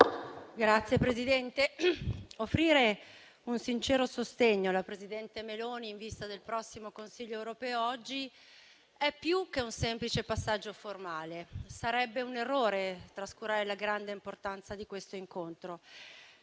Signor Presidente, offrire un sincero sostegno alla presidente Meloni in vista del prossimo Consiglio europeo oggi è più che un semplice passaggio formale. Sarebbe un errore trascurare la grande importanza di questo incontro.